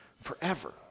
forever